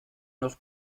noch